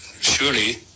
surely